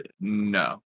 no